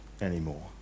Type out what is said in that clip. anymore